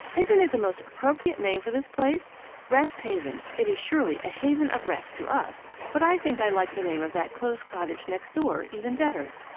isn't it the most appropriate name for this place rest haven it is surely a haven of rest to us. but i think i like the name of that closed cottage next door even better.